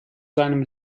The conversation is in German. seinem